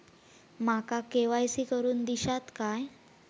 माका के.वाय.सी करून दिश्यात काय?